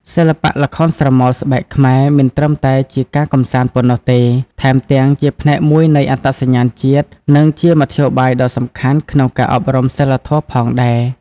សិល្បៈល្ខោនស្រមោលស្បែកខ្មែរ មិនត្រឹមតែជាការកម្សាន្តប៉ុណ្ណោះទេ ថែមទាំងជាផ្នែកមួយនៃអត្តសញ្ញាណជាតិ និងជាមធ្យោបាយដ៏សំខាន់ក្នុងការអប់រំសីលធម៌ផងដែរ។